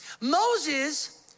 Moses